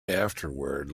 afterward